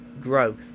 growth